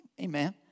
Amen